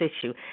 issue